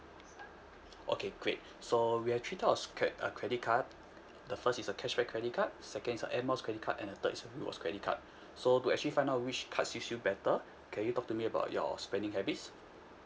okay great so we have three types of cre~ uh credit card the first is a cashback credit card second is a air miles credit card and the third is rewards credit card so to actually find out which cards suits you better can you talk to me about your spending habits